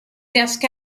desk